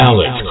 Alex